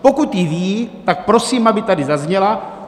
Pokud ji ví, tak prosím, aby tady zazněla.